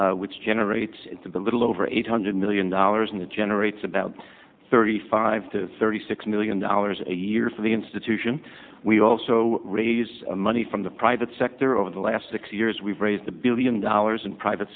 endowment which generates a little over eight hundred million dollars in that generates about thirty five to thirty six million dollars a year for the institution we also raised money from the private sector over the last six years we've raised a billion dollars in private